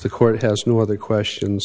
the court house nor the questions